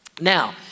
Now